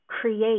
create